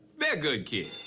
they're good kids.